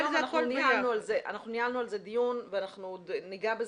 ניהלנו על זה דיון ועוד ניגע בזה.